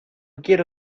quiero